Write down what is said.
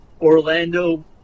Orlando